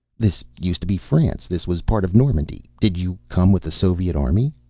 this used to be france. this was part of normandy. did you come with the soviet army?